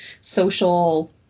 social